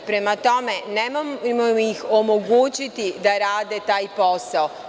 Prema tome, nemojmo ih onemogućiti da rade taj posao.